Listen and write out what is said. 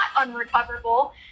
unrecoverable